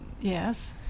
Yes